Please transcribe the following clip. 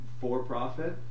for-profit